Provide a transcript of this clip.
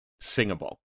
singable